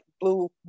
blue